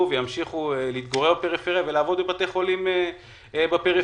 וימשיכו להתגורר בפריפריה ולעבוד בבתי חולים בפריפריה,